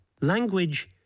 Language